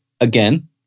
again